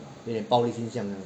有点暴力现象这样子